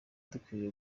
dukwiye